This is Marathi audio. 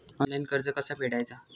ऑनलाइन कर्ज कसा फेडायचा?